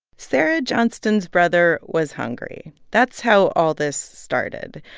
sarah johnston's brother was hungry. that's how all this started.